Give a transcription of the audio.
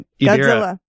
Godzilla